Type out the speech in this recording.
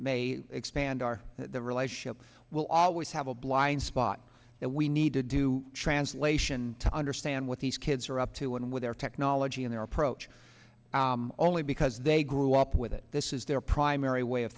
may expand our the relationship will always have a blind spot that we need to do translation to understand what these kids are up to when with their technology and their approach only because they grew up with it this is their primary way of